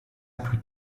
plus